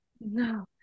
no